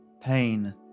Pain